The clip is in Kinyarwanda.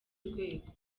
rwego